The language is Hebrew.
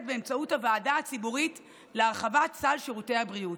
באמצעות הוועדה הציבורית להרחבת סל שירותי הבריאות.